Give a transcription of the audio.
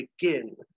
begin